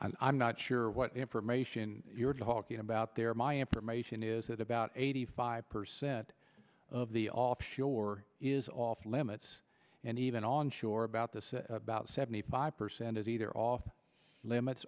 and i'm not sure what information you're talking about there my information is that about eighty five percent of the offshore is off limits and even on shore about this about seventy five percent is either off limits